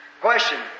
Question